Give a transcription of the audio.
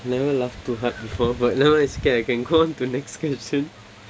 never laugh too hard before but never mind it's okay I can go on to next question